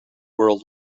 world